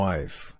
Wife